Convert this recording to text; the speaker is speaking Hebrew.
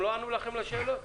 הם לא ענו לכם על שאלות?